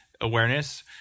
awareness